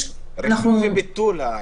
רישום וביטול.